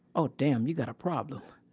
oh damn, you got a problem.